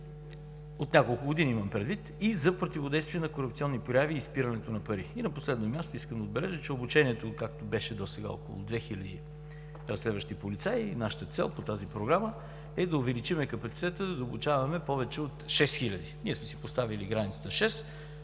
от няколко години имам предвид, за противодействие на корупционни прояви и изпирането на пари. На последно място, искам да отбележа, че обучението, както беше досега – около 2 хиляди разследващи полицаи, нашата цел по тази програма е да увеличим капацитета, да обучаваме повече от 6 хиляди, ние сме си поставили границата